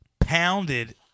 pounded